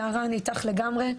יערה, אני איתך לגמרי.